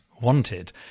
wanted